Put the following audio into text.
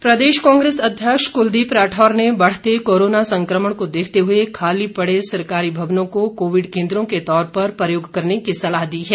राठौर प्रदेश कांग्रेस अध्यक्ष कुलदीप राठौर ने बढ़ते कोरोना संक्रमण को देखते हुए खाली पड़े सरकारी भवनों को कोविड केन्द्रों के तौर पर प्रयोग करने की सलाह दी है